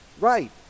Right